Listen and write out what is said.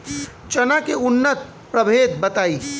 चना के उन्नत प्रभेद बताई?